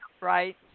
right